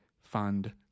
fund